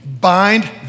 bind